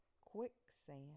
Quicksand